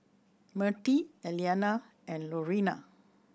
Mertie Elliana and Lurena